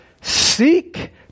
seek